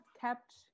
kept